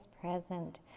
present